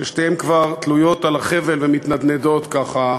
ששתיהן כבר תלויות על החבל ומתנדנדות, ככה,